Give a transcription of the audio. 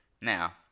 Now